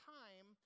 time